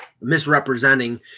misrepresenting